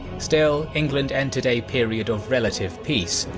still, england entered a period of relative peace,